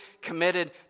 committed